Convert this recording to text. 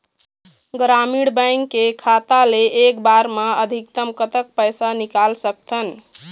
ग्रामीण बैंक के खाता ले एक बार मा अधिकतम कतक पैसा निकाल सकथन?